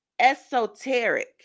esoteric